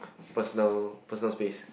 personal personal space